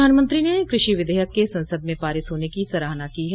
प्रधानमंत्री ने कृषि विधेयक के संसद में पारित होने की सराहना की है